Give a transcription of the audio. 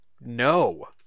no